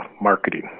marketing